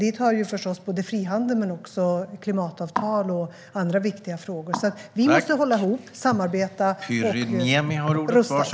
Dit hör såväl frihandel som klimatavtal och andra viktiga frågor. Vi måste hålla ihop, samarbeta och rusta oss.